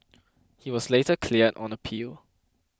he was later cleared on appeal